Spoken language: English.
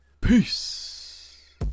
Peace